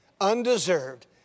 undeserved